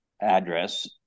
address